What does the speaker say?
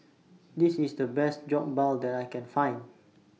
This IS The Best Jokbal that I Can Find